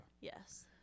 Yes